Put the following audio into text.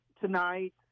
tonight